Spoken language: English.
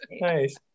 nice